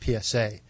PSA